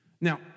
Now